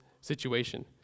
situation